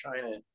China